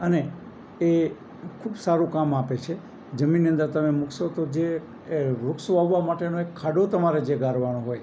અને એ ખૂબ સારું કામ આપે છે જમીનની અંદર તમે મૂકશો તો જે એ વૃક્ષ વાવવા માટેનો એક ખાડો તમારે જે ગાળવાનું હોય